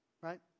Right